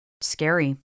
scary